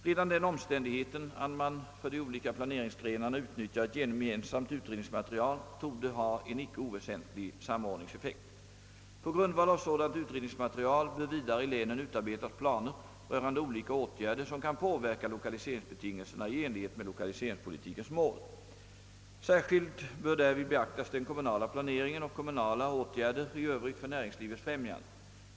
Redan den omständigheten att man för de olika planeringsgrenarna utnyttjar ett gemensamt utredningsmaterial torde ha en icke oväsentlig samordningseffekt. På grundval av sådant utredningsmaterial bör vidare i länen utarbetas planer rörande olika åtgärder, som kan påverka lokaliseringsbetingelserna i enlighet med lokaliseringspolitikens mål. Särskilt bör därvid beaktas den kommunala planeringen och kommunala åtgärder i Övrigt för näringslivets främjande.